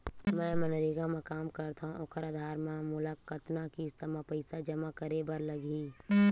मैं मनरेगा म काम करथव, ओखर आधार म मोला कतना किस्त म पईसा जमा करे बर लगही?